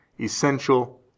essential